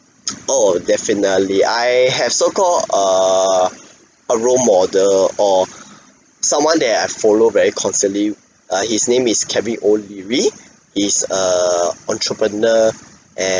oh definitely I have so-called a a role model or someone that I follow very constantly uh his name is kevin o'leary he's a entrepreneur and